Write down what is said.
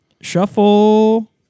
Shuffle